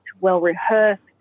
well-rehearsed